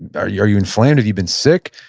and are you are you inflamed? have you been sick?